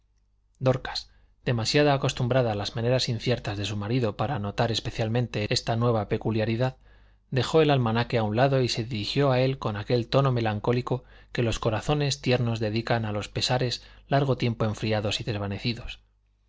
dorcas demasiado acostumbrada a las maneras inciertas de su marido para notar especialmente esta nueva peculiaridad dejó el almanaque a un lado y se dirigió a él con aquel tono melancólico que los corazones tiernos dedican a los pesares largo tiempo enfriados y desvanecidos